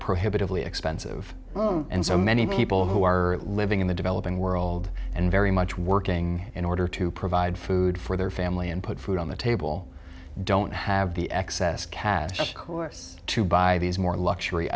prohibitively expensive and so many people who are living in the developing world and very much working in order to provide food for their family and put food on the table don't have the excess cash course to buy these more luxury